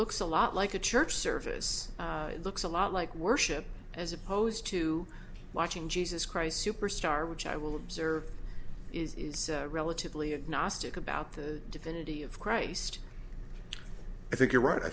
looks a lot like a church service looks a lot like worship as opposed to watching jesus christ superstar which i will observe is relatively a gnostic about the divinity of christ i think you're right i